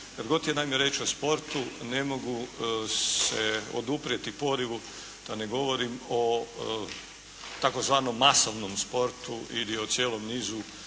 Kada god je naime riječ o sportu, ne mogu se oduprijeti porivu da ne govorim o tzv. masovnom sportu ili o cijelom nizu